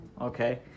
okay